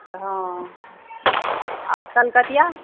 हँ आ कलकतिआ